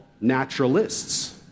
naturalists